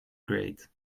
grate